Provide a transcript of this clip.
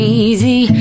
easy